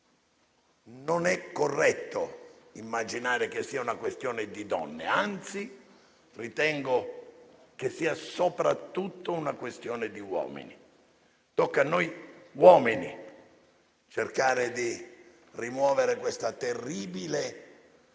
non è corretto immaginare che sia una questione di donne; anzi, ritengo che sia soprattutto una questione di uomini. Tocca a noi uomini cercare di rimuovere la terribile